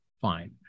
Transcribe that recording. Fine